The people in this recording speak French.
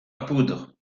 poudre